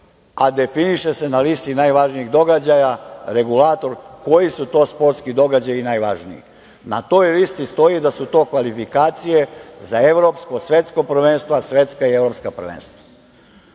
a definiše se na listi najvažnijih događaja regulator koji su to sportski događaji najvažniji. Na toj listi stoji da su to kvalifikacije za evropska i svetska prvenstva. Taj deo zakona